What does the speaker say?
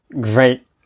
great